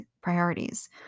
priorities